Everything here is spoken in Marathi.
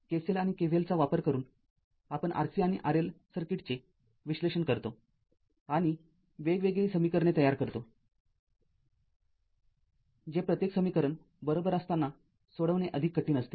KCL आणि KVL चा वापर करून आपण RC आणि RL सर्किटचे विश्लेषण करतो आणि वेगवेगळी समीकरणे तयार करतोजे प्रत्येक समीकरण बरोबर असताना सोडवणे अधिक कठीण असते